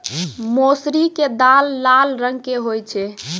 मौसरी के दाल लाल रंग के होय छै